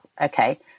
okay